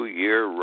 year